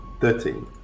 Thirteen